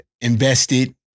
invested